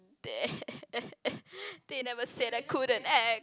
they they never said I couldn't act